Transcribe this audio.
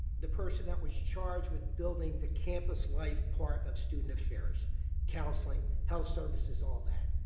the person that was charged with building the campus life part of student affairs counseling health services all that